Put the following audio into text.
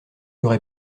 aurais